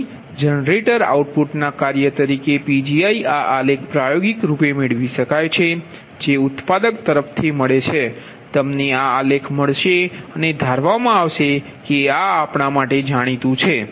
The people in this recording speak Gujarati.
તેથી જનરેટર આઉટપુટના કાર્ય તરીકે Pgi આ આલેખ પ્રાયોગિક રૂપે મેળવી શકાય છે જે ઉત્પાદક તરફથી મળે છે તમને આ આલેખ મળશે અને ધારવામાં આવશે કે આ આપણા માટે જાણીતું છે